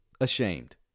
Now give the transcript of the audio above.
ashamed